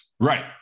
Right